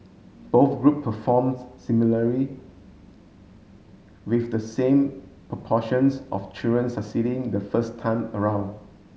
both group performs similarly with the same proportions of children succeeding the first time around